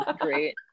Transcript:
great